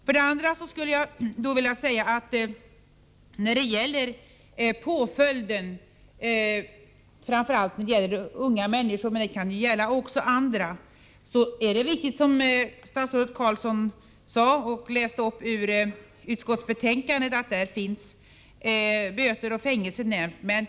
Vidare vill jag säga att i fråga om påföljden — det gäller framför allt unga människor, men det kan gälla också andra — är det riktigt som statsrådet Carlsson framhöll, och han läste ju även ur utskottsbetänkandet, att böter och fängelse nämns i betänkandet.